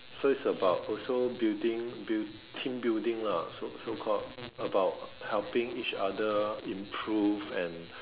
so is about also building build team building lah so so called about helping each other improve and